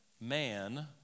man